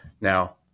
Now